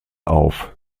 auf